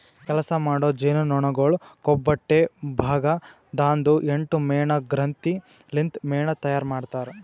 ಕೆಲಸ ಮಾಡೋ ಜೇನುನೊಣಗೊಳ್ ಕೊಬ್ಬೊಟ್ಟೆ ಭಾಗ ದಾಂದು ಎಂಟು ಮೇಣ ಗ್ರಂಥಿ ಲಿಂತ್ ಮೇಣ ತೈಯಾರ್ ಮಾಡ್ತಾರ್